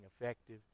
effective